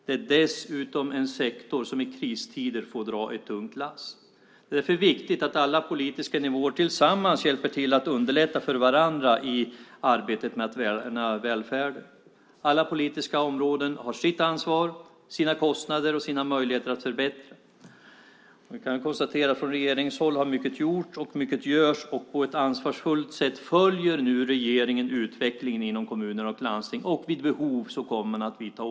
Det är dessutom en sektor som i kristider får dra ett tungt lass. Det är därför viktigt att alla politiska nivåer tillsammans hjälper till att underlätta för varandra i arbetet med att värna välfärden. Alla politiska områden har sitt ansvar, sina kostnader och sina möjligheter att förbättra. Vi kan konstatera att från regeringshåll har mycket gjorts och mycket görs. På ett ansvarsfullt sätt följer nu regeringen utvecklingen inom kommuner och landsting. Vid behov kommer åtgärder att vidtas.